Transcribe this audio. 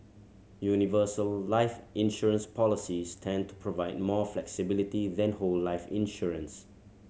universal life insurance policies tend to provide more flexibility when whole life insurance